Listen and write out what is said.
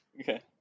okay